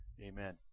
Amen